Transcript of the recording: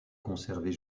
conservée